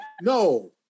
no